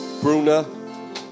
Bruna